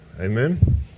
Amen